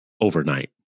overnight